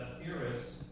theorists